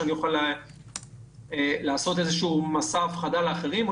שאני אוכל לעשות איזה מסע הפחדה לאחרים או